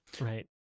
right